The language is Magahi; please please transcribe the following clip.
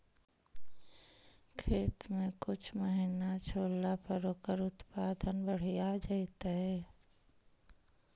खेत के कुछ महिना छोड़ला पर ओकर उत्पादन बढ़िया जैतइ?